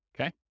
Okay